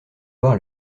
voir